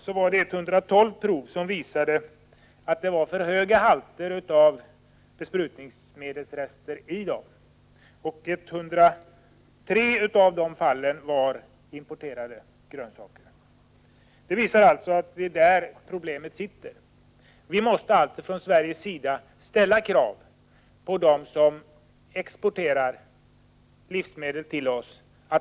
I 112 av dessa prov fanns det alltför höga halter av besprutningsmedelsrester. 103 av de fallen gällde importerade grönsaker. Det visar att det är där problemet finns. Vi måste alltså från Sveriges sida ställa krav på dem som exporterar livsmedel till oss.